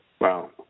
wow